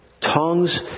Tongues